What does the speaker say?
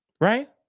Right